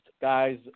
guys